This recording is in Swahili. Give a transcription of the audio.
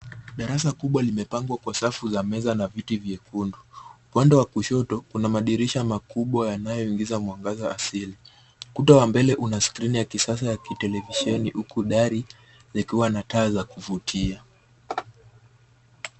Darasa kubwa limepangwa kwa safu za meza na viti vyekundu. Upande wa kushoto kuna madirisha makubwa yanayoingiza mwangaza asili. Ukuta wa mbele una skrini ya kisasa ya kitelevisheni huku dari likiwa na taa za kuvutia.